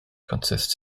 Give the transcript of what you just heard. consists